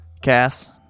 Cass